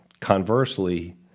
conversely